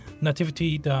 nativity